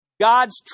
God's